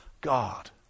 God